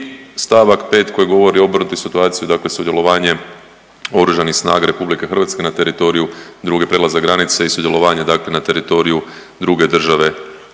stavak 5. koji govori o obrnutoj situaciji, dakle sudjelovanjem Oružanih snaga Republike Hrvatske na teritoriju druge, prijelaza granice i sudjelovanje, dakle na teritoriju druge države članice,